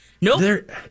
Nope